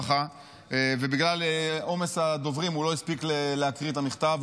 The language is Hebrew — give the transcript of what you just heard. ובגלל עומס הדוברים לא הספיק להקריא את המכתב,